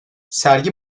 sergi